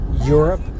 Europe